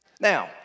Now